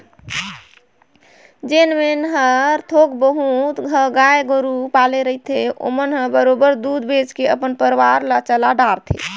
जेन मन ह थोक बहुत ह गाय गोरु पाले रहिथे ओमन ह बरोबर दूद बेंच के अपन परवार ल चला डरथे